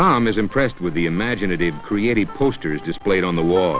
tom is impressed with the imaginative creative posters displayed on the wa